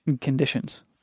conditions—